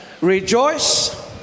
rejoice